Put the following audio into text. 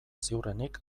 ziurrenik